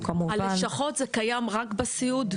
הלשכות זה קיים רק בסיעוד?